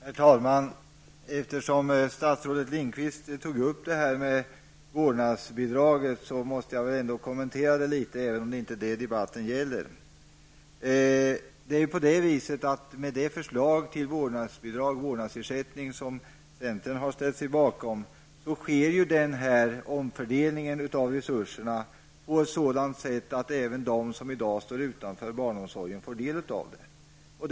Herr talman! Eftersom statsrådet Lindqvist tog upp frågan om vårdnadsbidraget, måste jag ändå göra några kommentarer, även om debatten inte gäller vårdnadsbidrag. Med det förslag till vårdnadsersättning som centern har ställt sig bakom sker det en omfördelning av resurserna på ett sådant sätt att även de som i dag står utanför barnomsorgen får del av pengarna.